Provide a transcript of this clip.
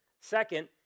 Second